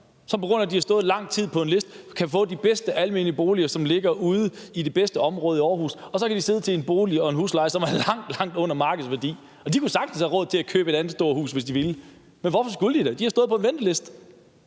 som, på grund af at de har stået lang tid på en liste, kan få de bedste almene boliger, som ligger ude i det bedste område i Aarhus, og så kan de sidde i en bolig til en husleje, som er langt, langt under markedsværdien. Og de kunne sagtens have råd til at købe et stort hus, hvis de ville, men hvorfor skulle de det, når de har stået på en venteliste?